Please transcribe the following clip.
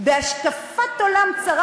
בהשקפת עולם צרה,